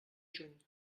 juny